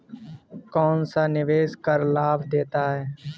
कौनसा निवेश कर लाभ देता है?